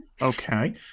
Okay